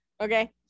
Okay